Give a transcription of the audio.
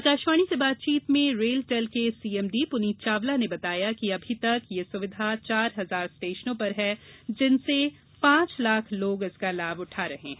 आकाशवाणी से बातचीत में रेल र्टेल के सीएमडी पुनीत चावला ने बताया कि अभी तक यह सुविधा चार हजार स्टेशनों पर है जिनसे पांच लाख लोग इसका लाभ उठा रहे हैं